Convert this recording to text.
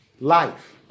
Life